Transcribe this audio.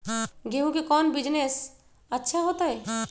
गेंहू के कौन बिजनेस अच्छा होतई?